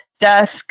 desk